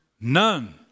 none